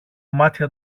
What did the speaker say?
μάτια